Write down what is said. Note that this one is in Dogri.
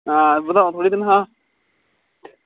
आं बधाओ थोह्ड़ा तन्खाह्